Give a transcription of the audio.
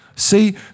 See